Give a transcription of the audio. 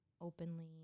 openly